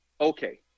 okay